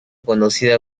conocida